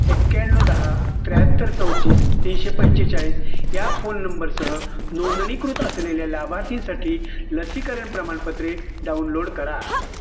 एक्याण्णव दहा त्र्याहत्तर चौतीस तीनशे पंचेचाळीस या फोन नंबरसह नोंदणीकृत असलेल्या लाभार्थींसाठी लसीकरण प्रमाणपत्रे डाउनलोड करा